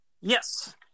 Yes